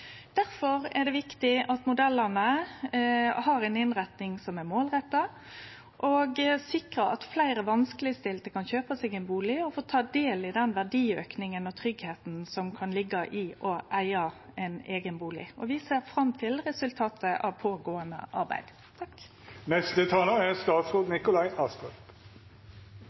er det viktig at modellane har ei innretning som er målretta, og som sikrar at fleire vanskelegstilte kan kjøpe seg ein bustad og få ta del i den verdiauken og den tryggheita som kan liggje i å eige ein eigen bustad. Vi ser fram til resultatet av det pågåande